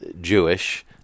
Jewish